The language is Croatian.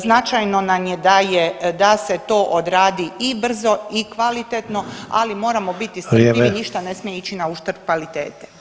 Značajno nam je da je, da se to odradi i brzo i kvalitetno, ali moramo biti strpljivi [[Upadica: Vrijeme.]] i ništa ne smije ići na uštrb kvalitete.